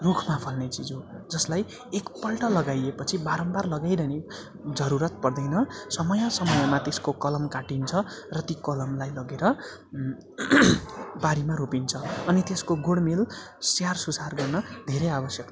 रुखमा फल्ने चिज हो जसलाई एकपल्ट लगाइएपछि बारम्बार लगाइरहने जरुरत पर्दैन समय समयमा त्यसको कलम काटिन्छ र ती कलमलाई लगेर बारीमा रोपिन्छ अनि त्यसको गोडमेल स्याहारसुसार गर्न धेरै आवश्यकता छ